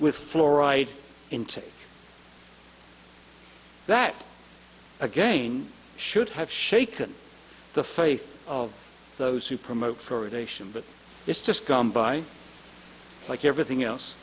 with fluoride intake that again should have shaken the faith of those who promote for redemption but it's just gone by like everything else